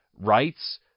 rights